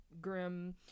grim